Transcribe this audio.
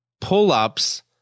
pull-ups